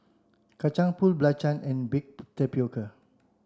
Kacang Pool Belacan and baked tapioca